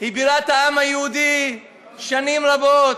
היא בירת העם היהודי שנים רבות,